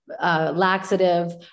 laxative